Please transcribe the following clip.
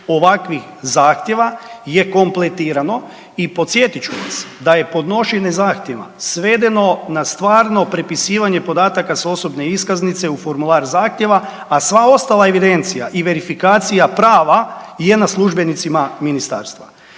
ovakvih zahtjeva je kompletirano i podsjetit ću vam, da je podnošenje zahtjeva svedeno na stvarno prepisivanje podataka s osobne iskaznice u formular zahtjeva, a sva ostala evidencija i verifikacija prava je na službenicima Ministarstva.